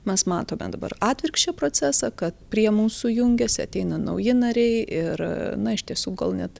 mes matome dabar atvirkščią procesą kad prie mūsų jungiasi ateina nauji nariai ir na iš tiesų gal net